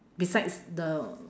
besides the